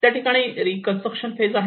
त्या ठिकाणी reconstruction phase आहे